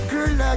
Girl